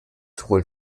sowohl